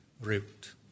root